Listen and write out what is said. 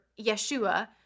Yeshua